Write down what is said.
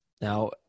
now